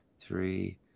three